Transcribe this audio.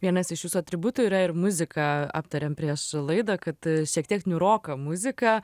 vienas iš jūsų atributų yra ir muzika aptariam prieš laidą kad šiek tiek niūroka muzika